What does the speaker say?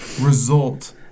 result